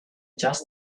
just